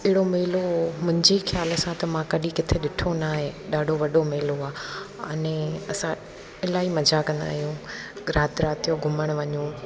अहिड़ो मेलो मुंहिंजी ख़्याल सां त मां कॾहिं किथे ॾिठो न आहे ॾाढो वॾो मेलो आहे अने असां इलाही मज़ा कंदा आहियूं राति राति जो घुमणु वञूं